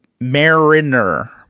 mariner